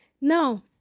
Now